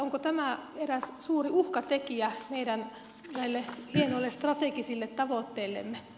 onko tämä eräs suuri uhkatekijä meidän näille hienoille strategisille tavoitteillemme